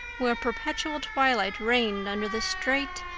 where perpetual twilight reigned under the straight,